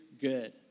good